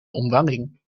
omwalling